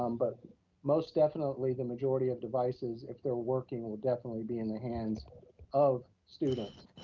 um but most definitely, the majority of devices, if they're working, will definitely be in the hands of students.